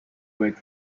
worked